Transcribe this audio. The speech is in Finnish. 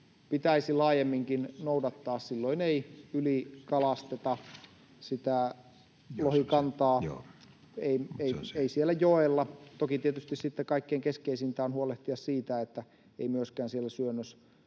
pitäisi laajemminkin noudattaa. Silloin ei ylikalasteta sitä lohikantaa, ei siellä joella — toki tietysti sitten kaikkein keskeisintä on huolehtia siitä, että ei myöskään siellä